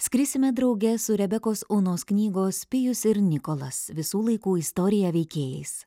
skrisime drauge su rebekos onos knygos pijus ir nikolas visų laikų istorija veikėjais